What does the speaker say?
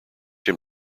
him